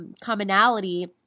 commonality